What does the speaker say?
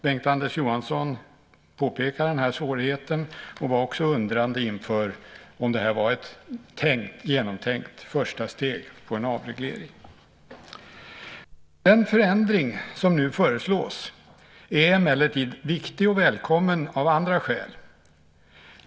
Bengt-Anders Johansson påpekade den svårigheten och var också undrande inför om det här är ett genomtänkt första steg mot en avreglering. Den förändring som nu föreslås är emellertid viktig och välkommen av andra skäl.